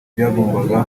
byagombaga